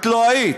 את לא היית.